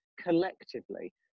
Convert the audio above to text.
collectively